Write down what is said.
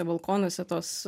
balkonuose tos